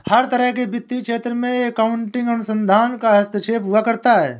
हर तरह के वित्तीय क्षेत्र में अकाउन्टिंग अनुसंधान का हस्तक्षेप हुआ करता है